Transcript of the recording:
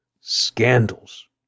scandals